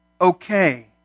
okay